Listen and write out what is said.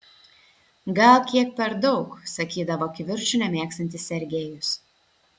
gal kiek per daug sakydavo kivirčų nemėgstantis sergejus